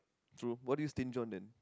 true what do you stinge on then